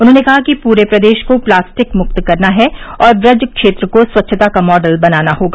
उन्होंने कहा कि पूरे प्रदेश को प्लास्टिक मुक्त करना है और ब्रज क्षेत्र को स्वच्छता का मॉडल बनाना होगा